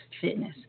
fitness